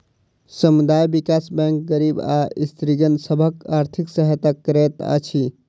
समुदाय विकास बैंक गरीब आ स्त्रीगण सभक आर्थिक सहायता करैत अछि